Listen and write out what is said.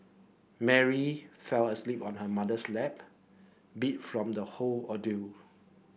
Mary fell asleep on her mother's lap beat from the whole ordeal